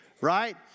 right